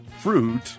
Fruit